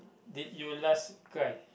did you last cry